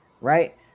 right